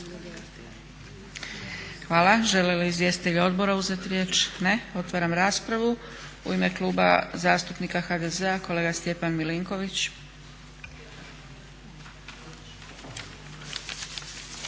Hvala. Žele li izvjestitelji odbora uzeti riječ? Ne. Otvaram raspravu. U ime Kluba zastupnika HDZ-a kolega Stjepan Milinković.